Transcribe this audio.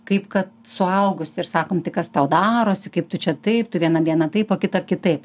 kaip kad suaugusį ir sakom tai kas tau darosi kaip tu čia taip tu vieną dieną taip o kitą kitaip